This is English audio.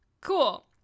Cool